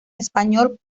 español